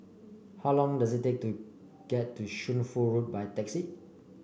how long does it take to get to Shunfu Road by taxi